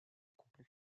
complète